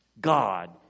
God